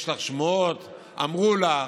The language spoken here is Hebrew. יש לך שמועות, אמרו לך,